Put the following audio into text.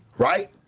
right